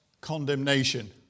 condemnation